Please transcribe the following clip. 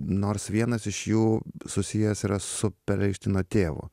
nors vienas iš jų susijęs yra su perelšteino tėvu